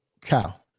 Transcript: cow